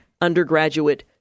undergraduate